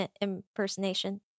impersonation